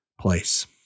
place